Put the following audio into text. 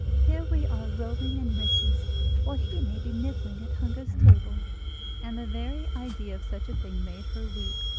here we are rolling in riches while he may be nibbling at hunger's table and the very idea of such a thing made her weep,